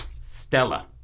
Stella